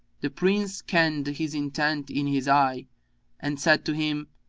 the prince kenned his intent in his eye and said to him,